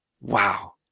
Wow